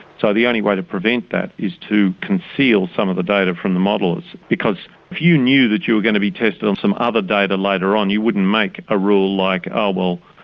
the only way to prevent that is to conceal some of the data from the models because if you knew that you were going to be tested on some other data later on you wouldn't make a rule like oh well,